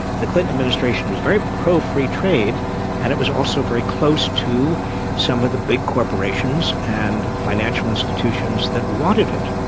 the clinton administration was very pro free trade and it was also very close to some of the big corporations and financial institutions that wanted it.